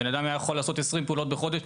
בן אדם היה יכול לעשות 20 פעולות בחודש,